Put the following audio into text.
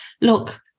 look